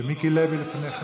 שמיקי לוי לפני כן.